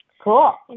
Cool